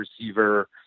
receiver